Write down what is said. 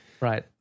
Right